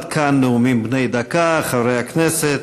עד כאן נאומים בני דקה, חברי הכנסת.